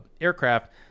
aircraft